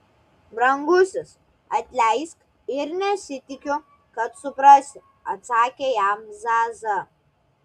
brangusis atleisk ir nesitikiu kad suprasi atsakė jam zaza